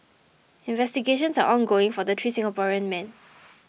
investigations are ongoing for the three Singaporean men